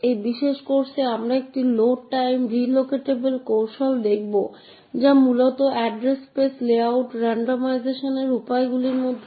আগের বক্তৃতা এবং যে বক্তৃতাটি আমরা এখন পর্যন্ত দেখেছি তাতে আমরা দুটি এক্সিকিউটেবল বিবেচনা করছিলাম আমরা দেখেছিলাম কিভাবে এক্সিকিউটেবলের দুর্বলতাগুলি বিভিন্ন এক্সপ্লইটস তৈরি করতে ব্যবহার করা যেতে পারে